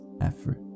effort